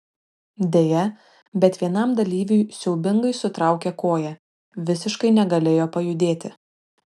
deja bet vienam dalyviui siaubingai sutraukė koją visiškai negalėjo pajudėti